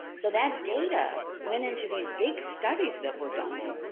so that data went into these big studies that were done,